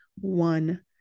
one